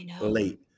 late